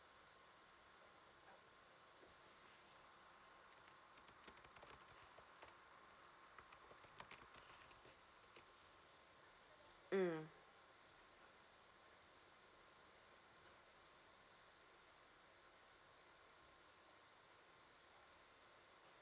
mm